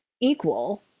equal